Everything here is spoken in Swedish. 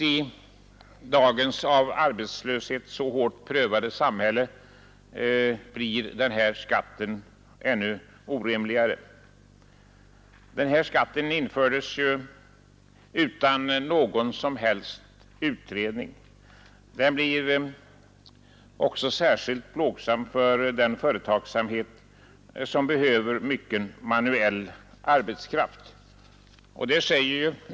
I dagens av arbetslöshet så hårt prövade samhälle ter den sig ännu orimligare. Skatten infördes utan någon som helst utredning. Den blir också särskilt plågsam för den företagsamhet som behöver mycken manuell arbetskraft.